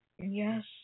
Yes